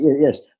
Yes